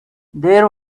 there